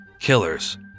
killers